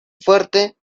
fuerte